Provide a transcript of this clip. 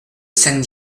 saint